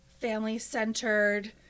family-centered